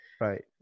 Right